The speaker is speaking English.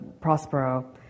Prospero